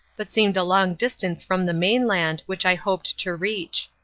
but seemed a long distance from the mainland which i hoped to reach.